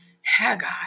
Haggai